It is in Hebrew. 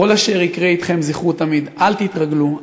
בכל אשר יקרה אתכם זכרו תמיד: אל תתרגלו,